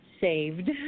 saved